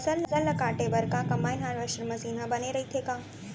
फसल ल काटे बर का कंबाइन हारवेस्टर मशीन ह बने रइथे का?